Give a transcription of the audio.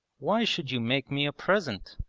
why should you make me a present?